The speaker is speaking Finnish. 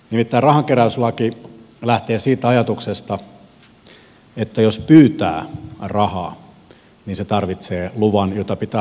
nimittäin rahankeräyslaki lähtee siitä ajatuksesta että jos pyytää rahaa tarvitsee luvan jota pitää hakea etukäteen